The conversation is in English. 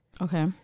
Okay